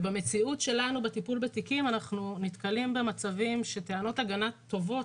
במציאות שלנו בטיפול בתיקים אנחנו נתקלים במצבים שטענות הגנה טובות